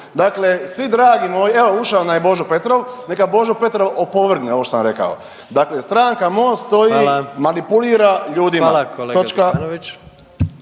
Dakle, svi dragi moji, evo ušao nam je Božo Petrov. Neka Božo Petrov opovrgne ovo što sam rekao. Dakle, stranka Most stoji, manipulira … …/Upadica predsjednik: